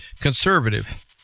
conservative